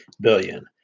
billion